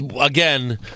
again